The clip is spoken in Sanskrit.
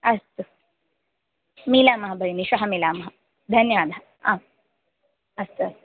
अस्तु मिलामः भगिनि श्वः मिलामः धन्यवादः आम् अस्तु अस्तु